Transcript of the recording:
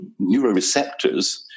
neuroreceptors